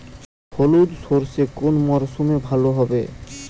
হলুদ সর্ষে কোন মরশুমে ভালো হবে?